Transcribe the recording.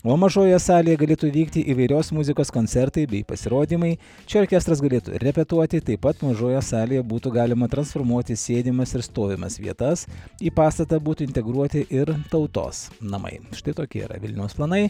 o mažojoje salėj galėtų vykti įvairios muzikos koncertai bei pasirodymai čia orkestras galėtų repetuoti taip pat mažojoje salėje būtų galima transformuoti sėdimas ir stovimas vietas į pastatą būtų integruoti ir tautos namai štai tokie yra vilniaus planai